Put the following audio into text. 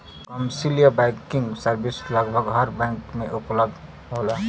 commercial banking service लगभग हर bank में उपलब्ध होला